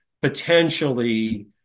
potentially